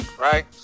right